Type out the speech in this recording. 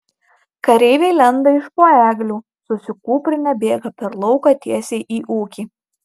kareiviai lenda iš po eglių susikūprinę bėga per lauką tiesiai į ūkį